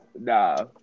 Nah